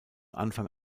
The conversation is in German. anfang